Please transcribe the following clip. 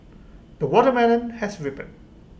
the watermelon has ripened